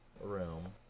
room